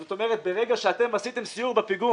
אז זאת אומרת, ברגע שאתם עשיתם סיור בפיגום